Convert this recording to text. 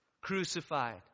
Crucified